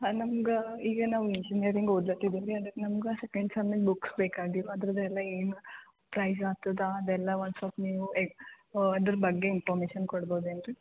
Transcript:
ಹಾಂ ನಮ್ಗೆ ಈಗ ನಾವು ಇಂಜಿನಿಯರಿಂಗ್ ಓದ್ಲತ್ತಿದೀವಿ ಅದಕ್ಕೆ ನಮ್ಗೆ ಸೆಕೆಂಡ್ ಸೆಮ್ಮಿದು ಬುಕ್ಸ್ ಬೇಕಾಗಿವೆ ಅದರದ್ದೆಲ್ಲ ಏನು ಪ್ರೈಸ್ ಆಗ್ತದೆ ಅದೆಲ್ಲ ಒಂದು ಸ್ವಲ್ಪ ನೀವು ಎ ಅದ್ರ ಬಗ್ಗೆ ಇನ್ಫಾರ್ಮೆಶನ್ ಕೊಡ್ಬೋದೇನು ರೀ